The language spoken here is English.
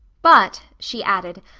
but, she added,